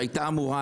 שהייתה אמורה,